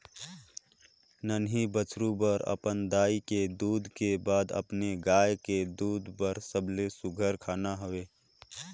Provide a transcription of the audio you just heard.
नान्हीं बछरु बर अपन दाई के दूद के बाद में गाय के दूद हर सबले सुग्घर खाना हवे